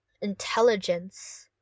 intelligence